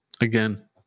again